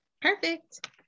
Perfect